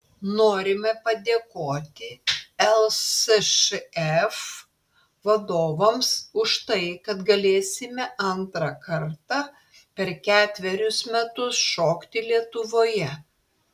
norime padėkoti lsšf vadovams už tai kad galėsime antrą kartą per ketverius metus šokti lietuvoje